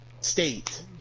state